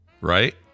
right